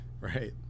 Right